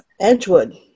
Edgewood